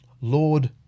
Lord